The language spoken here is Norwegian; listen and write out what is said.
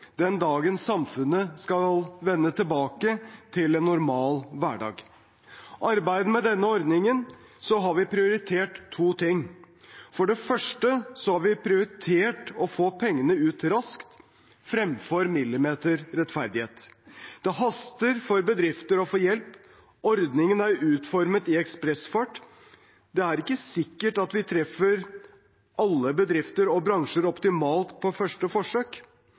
den dagen samfunnet skal vende tilbake til en normal hverdag. I arbeidet med denne ordningen har vi prioritert to ting. For det første har vi prioritert å få pengene ut raskt fremfor millimeterrettferdighet. Det haster for bedrifter å få hjelp. Ordningen er utformet i ekspressfart. Det er ikke sikkert vi treffer alle bedrifter og bransjer optimalt på første forsøk.